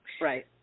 Right